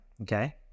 Okay